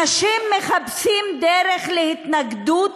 אנשים מחפשים דרך להתנגדות